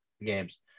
Games